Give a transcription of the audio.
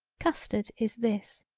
custard is this.